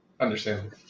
Understand